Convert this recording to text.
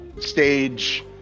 stage